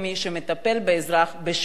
שמטפל באזרח בשמנו,